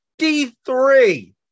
53